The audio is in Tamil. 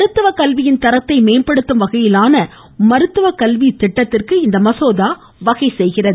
மருத்துவ கல்வியின் தரத்தை மேம்படுத்தும் வகையிலான மருத்துவக்கல்வி திட்டத்திற்கு இம்மசோதா வகை செய்கிறது